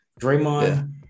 Draymond